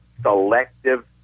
selective